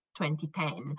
2010